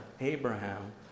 Abraham